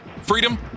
freedom